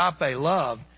love